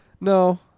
No